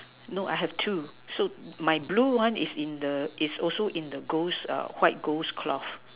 no I have two so my blue one is in the mid also in the ghost white ghost cloth